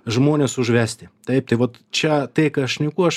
žmones užvesti taip tai vat čia tai ką šneku aš